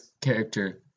character